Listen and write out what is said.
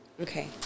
Okay